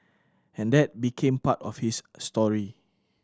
and that became part of his story